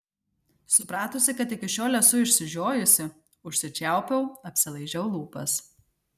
supratusi kad iki šiol esu išsižiojusi užsičiaupiau apsilaižiau lūpas